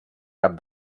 cap